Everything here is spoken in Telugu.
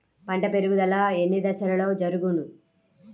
పంట పెరుగుదల ఎన్ని దశలలో జరుగును?